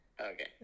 Okay